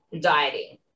dieting